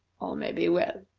all may be well.